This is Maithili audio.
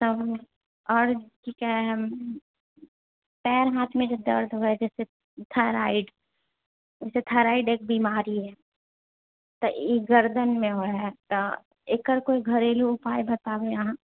तब आओर की कहै पैर हाथमे जे दर्द हो जाइ छै थाइराइड थाइराइड एक बीमारी अछि तऽ ई गर्दनमे होए हँ तऽ एकर कोई घरेलु उपाय बताबी अहाँ